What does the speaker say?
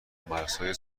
مرزهای